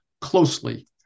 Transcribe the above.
closely